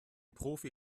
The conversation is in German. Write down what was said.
profi